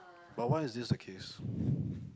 but why is this the case